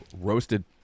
roasted